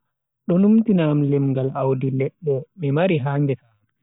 Do numtina am limngaal audi ledde mi mari ha ngesa am.